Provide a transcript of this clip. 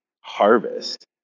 harvest